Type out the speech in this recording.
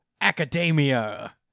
academia